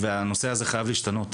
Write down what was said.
הנושא הזה חייב להשתנות.